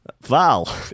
Val